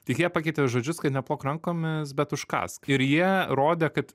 tik jie pakeitė žodžius kad neplok rankomis bet užkąsk ir jie rodė kad